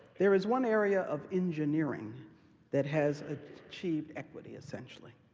there is one area of engineering that has achieved equity essentially.